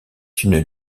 une